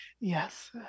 yes